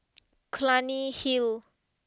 Clunny Hill